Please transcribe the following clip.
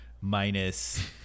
minus